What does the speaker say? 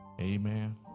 Amen